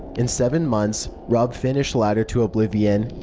in seven months, rob finished ladder to oblivion.